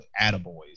attaboys